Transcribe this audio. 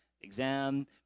exam